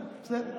בסדר.